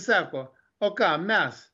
sako o ką mes